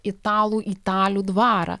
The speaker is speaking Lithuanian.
italų italių dvarą